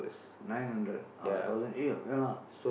nine hundred ah thousand eight lah ya lah